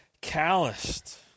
calloused